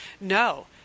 No